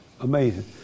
Amazing